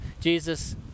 Jesus